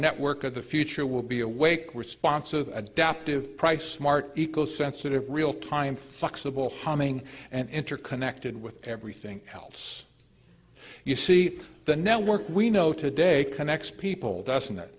network of the future will be awake responsive adaptive price smart eco sensitive realtime flexible humming and interconnected with everything else you see the network we know today connects people doesn't